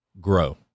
grow